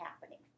happening